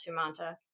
Sumanta